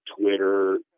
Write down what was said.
Twitter